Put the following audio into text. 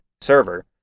server